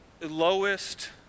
lowest